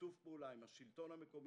בשיתוף פעולה עם השלטון המקומי